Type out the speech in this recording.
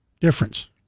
Difference